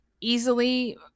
easily